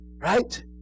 Right